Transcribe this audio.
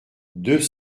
deux